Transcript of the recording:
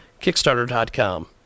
kickstarter.com